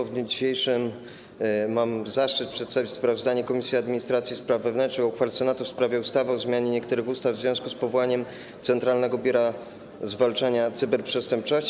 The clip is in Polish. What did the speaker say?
W dniu dzisiejszym mam zaszczyt przedstawić sprawozdanie Komisji Administracji i Spraw Wewnętrznych o uchwale Senatu w sprawie ustawy o zmianie niektórych ustaw w związku z powołaniem Centralnego Biura Zwalczania Cyberprzestępczości.